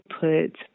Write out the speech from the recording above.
put